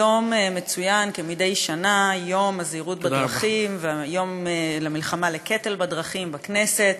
היום מצוין כמדי שנה יום הזהירות בדרכים ויום המלחמה בקטל בדרכים בכנסת.